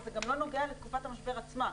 וזה גם לא נוגע לתקופת המשבר עצמה.